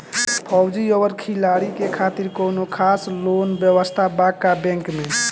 फौजी और खिलाड़ी के खातिर कौनो खास लोन व्यवस्था बा का बैंक में?